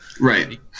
Right